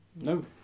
No